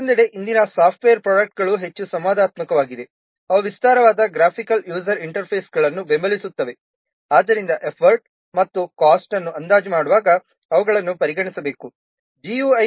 ಮತ್ತೊಂದೆಡೆ ಇಂದಿನ ಸಾಫ್ಟ್ವೇರ್ ಪ್ರೊಡ್ಯಕ್ಟ್ಗಳು ಹೆಚ್ಚು ಸಂವಾದಾತ್ಮಕವಾಗಿವೆ ಅವು ವಿಸ್ತಾರವಾದ ಗ್ರಾಫಿಕಲ್ ಯೂಸರ್ ಇಂಟರ್ಫೇಸ್ಗಳನ್ನು ಬೆಂಬಲಿಸುತ್ತವೆ ಆದ್ದರಿಂದ ಎಫರ್ಟ್ ಮತ್ತು ಕಾಸ್ಟ್ ಅನ್ನು ಅಂದಾಜು ಮಾಡುವಾಗ ಅವುಗಳನ್ನು ಪರಿಗಣಿಸಬೇಕು